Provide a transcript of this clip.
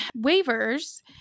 waivers